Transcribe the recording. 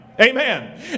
Amen